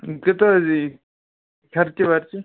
کوٗتاہ حظ یی خرچہٕ ورچہٕ